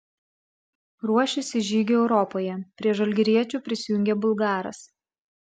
ruošiasi žygiui europoje prie žalgiriečių prisijungė bulgaras